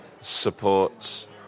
supports